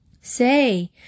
Say